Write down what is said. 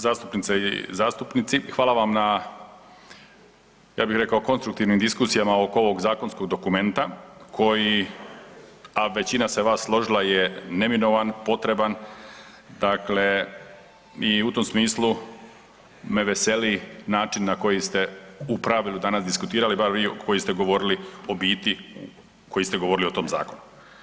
Zastupnice i zastupnici, hvala vam na, ja bih rekao konstruktivnim diskusijama oko ovog zakonskog dokumenta koji, a većina se vas složila je neminovan, potreban, dakle i u tom smislu me veseli način na koji ste u pravilu danas diskutirali, bar vi koji ste govorili o biti koji ste govorili o tom zakonu.